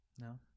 No